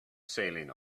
sailing